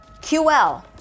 QL